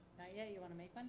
yeah you want to make one?